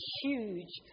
huge